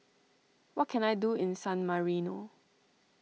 what can I do in San Marino